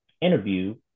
interview